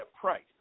Price